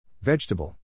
Vegetable